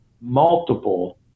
multiple